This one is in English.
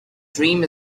dream